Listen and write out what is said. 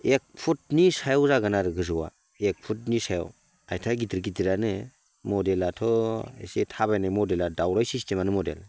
एक फुटनि सायाव जागोन आरो गोजौआ एक फुटनि सायाव आथिङा गिदिर गिदिरानो मडेलाथ' इसे थाबायनाय मडेला दाउराइ सिसथेमानो मडेल